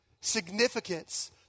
significance